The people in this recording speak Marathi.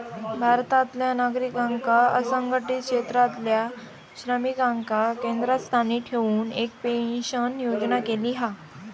भारतातल्या नागरिकांका असंघटीत क्षेत्रातल्या श्रमिकांका केंद्रस्थानी ठेऊन एक पेंशन योजना केलेली हा